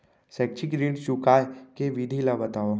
शैक्षिक ऋण चुकाए के विधि ला बतावव